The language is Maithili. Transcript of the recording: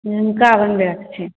टीका बनबै के छी